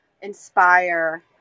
inspire